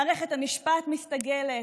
מערכת המשפט מסתגלת.